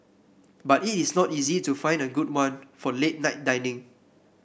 but it is not easy to find a good one for late night dining